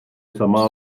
samá